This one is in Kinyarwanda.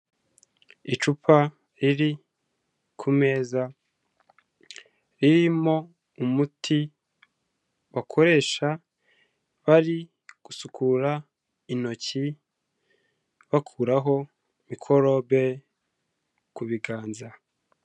Icupa riri ku meza, ririmo umuti bakoresha bari gusukura intoki, bakuraho mikorobe ku biganza.